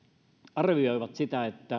arvioivat sitä